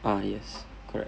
ah yes correct